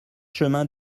chemin